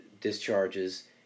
discharges